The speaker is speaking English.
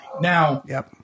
now